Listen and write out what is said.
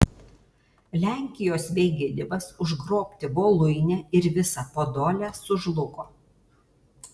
lenkijos mėginimas užgrobti voluinę ir visą podolę sužlugo